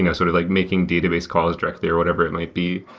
you know sort of like making database calls directly or whatever it might be,